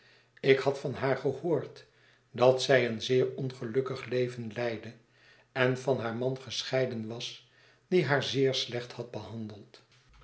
ik had van haar gehoord dat zij een zeer ongelukkig leven leidde en van haar man gescheiden was die haar zeer slechthad behandeld